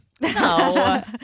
No